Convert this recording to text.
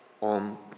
on